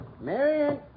Marion